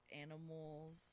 animals